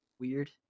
weird